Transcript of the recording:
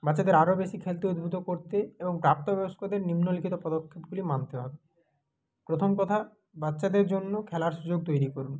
বাচ্চাদের আরও বেশি খেলতে উদবুদ্ধ করতে এবং প্রাপ্ত বয়স্কদের নিম্নলিখিত পদক্ষেপগুলি মানতে হবে প্রথম কথা বাচ্চাদের জন্য খেলার সুযোগ তৈরি করুন